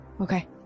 Okay